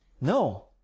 no